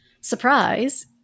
surprise